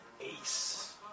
Ace